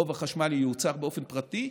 רוב החשמל ייוצר באופן פרטי,